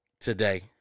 today